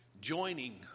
joining